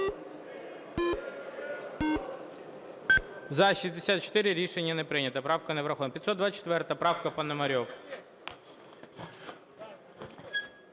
За-59 Рішення не прийнято. Правка не врахована. 605 правка, Пономарьов.